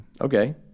Okay